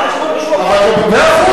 יש פה מישהו אחר, מאה אחוז.